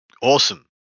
Awesome